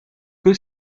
que